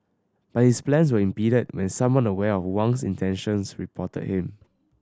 but his plans were impeded when someone aware of Wang's intentions reported him